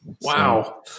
Wow